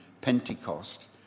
Pentecost